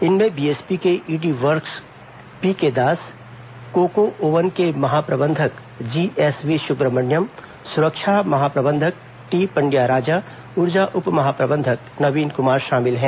इनमें बीएसपी के ईडी वकर्स पीके दास कोको ओवन के महाप्रबंधक जीएसवी सुब्रमण्यम सुरक्षा महाप्रबंधक टी पंड्या राजा ऊर्जा उप महाप्रबंधक नवीन कुमार शामिल हैं